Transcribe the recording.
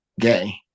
gay